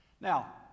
Now